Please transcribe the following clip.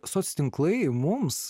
soc tinklai mums